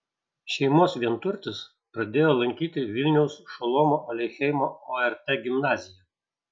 šeimos vienturtis pradėjo lankyti vilniaus šolomo aleichemo ort gimnaziją